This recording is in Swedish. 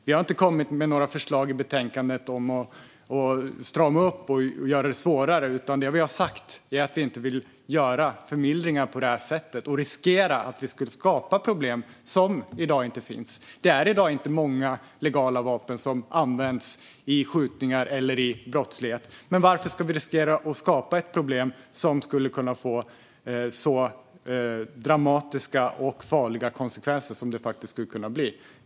Vi har inte kommit med några förslag i betänkandet om att strama upp och göra det svårare, utan det vi har sagt är att vi inte vill göra sådana här förmildringar och riskera att skapa problem som i dag inte finns. Det är i dag inte många legala vapen som används i skjutningar eller i brottslighet, men varför ska vi riskera att skapa ett problem som skulle kunna få så dramatiska och farliga konsekvenser som det faktiskt skulle kunna bli?